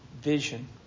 vision